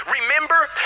Remember